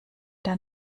der